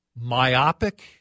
myopic